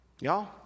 y'all